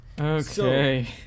Okay